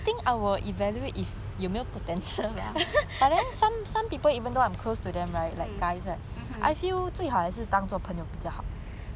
mm mmhmm